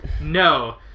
No